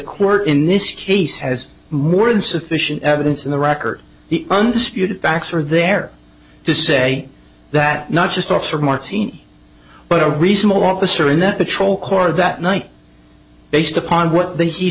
court in this case has more than sufficient evidence in the record the undisputed facts are there to say that not just officer martini but a reasonable officer in that patrol car that night based upon what they he